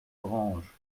granges